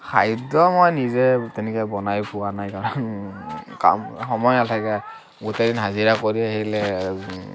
খাদ্য মই নিজে তেনেকে বনাই পোৱা নাই কাম সময় নাথাকে গোটেই দিন হাজিৰা কৰি আহিলে